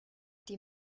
die